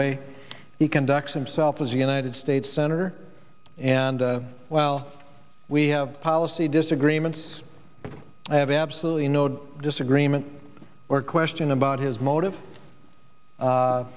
way he conducts himself as a united states senator and while we have policy disagreements i have absolutely no disagreement or question about his motive